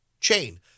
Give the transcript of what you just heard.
chain